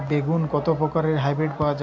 বেগুনের কত প্রকারের হাইব্রীড পাওয়া যায়?